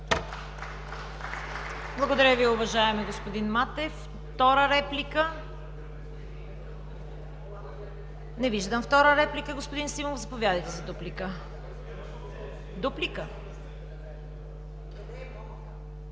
Благодаря Ви, уважаеми господин Манев. Втора реплика? Не виждам втора реплика. Господин Симов, заповядайте за дуплика.